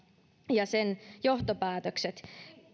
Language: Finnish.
ja sen johtopäätökset